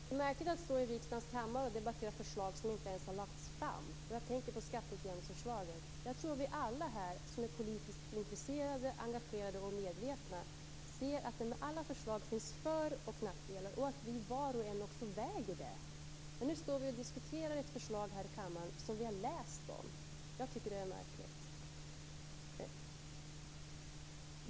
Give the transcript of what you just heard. Fru talman! De är märkligt att stå i riksdagens kammare och debattera förslag som inte ens har lagts fram. Jag tänker på skatteutjämningsförslaget. Jag tror att vi alla här som är politiskt intresserade, engagerade och medvetna ser att det med alla förslag finns för och nackdelar och att vi, var och en, också väger dessa mot varandra. Men nu står vi och diskuterar ett förslag här i kammaren som vi har läst om. Jag tycker att det märkligt.